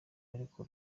ariko